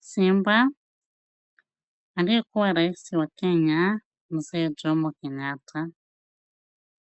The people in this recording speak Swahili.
simba, aliye kuwa rais wa Kenya mzee Jomo kenyatta.